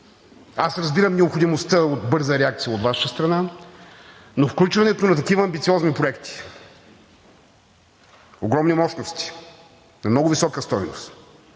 Аз разбирам необходимостта от бърза реакция от Ваша страна, но включването на такива амбициозни проекти, огромни мощности на много висока стойност,